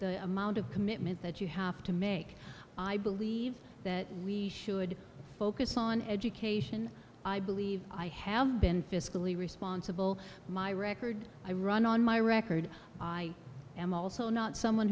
amount of commitment that you have to make i believe that we should focus on education i believe i have been fiscally responsible my record i run on my record i am also not someone